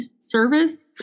service